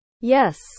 yes